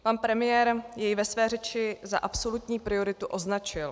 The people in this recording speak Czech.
Pan premiér jej ve své řeči za absolutní prioritu označil.